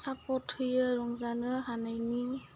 support होयो रंजानो हानायनि